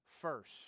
first